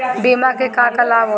बिमा के का का लाभ होला?